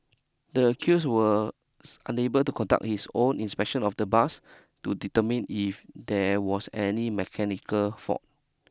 the accused were unable to conduct his own inspection of the bus to determine if there was any mechanical fault